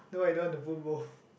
no why you don't want to put both